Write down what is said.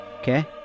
okay